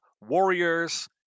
warriors